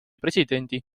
presidendi